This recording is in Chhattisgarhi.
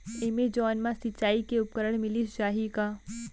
एमेजॉन मा सिंचाई के उपकरण मिलिस जाही का?